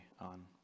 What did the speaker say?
on